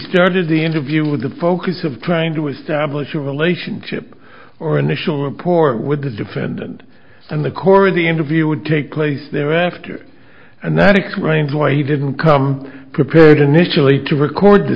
started the interview with the focus of trying to establish a relationship or initial report with the defendant and the core of the interview would take place there after and that explains why he didn't come prepared initially to record the